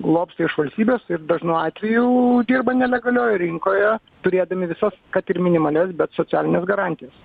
lobsta iš valstybės ir dažnu atveju dirba nelegalioj rinkoje turėdami visas kad ir minimalias bet socialines garantijas